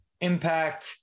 impact